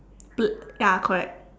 bl~ ya correct